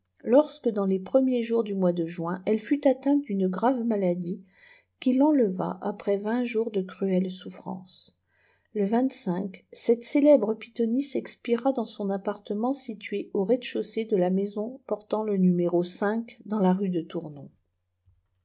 lorsque dans les premiers jours du naois de juin elle fut atteinte d'uhe grave maladie qui fenleva après vingt jours de cruelles souffrances le cette célèbre pythonisse expira dans son appartement situé au rez-de-chaussée de la maison portant le dans la rue de tournon